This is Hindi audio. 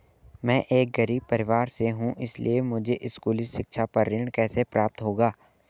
मैं एक गरीब परिवार से हूं इसलिए मुझे स्कूली शिक्षा पर ऋण कैसे प्राप्त होगा?